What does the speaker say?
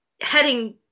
heading